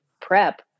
prep